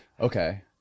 Okay